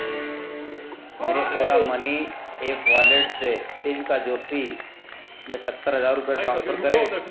मेरे Ola money app wallet से देविका जोशी में सत्तर हज़ार रुपये ट्रांसफ़र करें